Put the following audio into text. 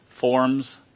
forms